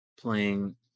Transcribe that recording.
playing